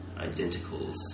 identicals